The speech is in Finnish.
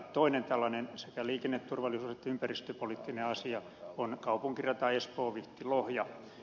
toinen tällainen sekä liikenneturvallisuus että ympäristöpoliittinen asia on kaupunkirata espoovihtilohja